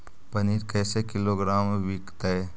पनिर कैसे किलोग्राम विकतै?